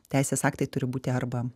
teisės aktai turi būti arba